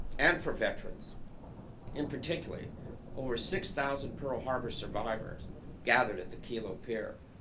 and for veterans in particular over six thousand pearl harbor survivors gathered at the kilo pier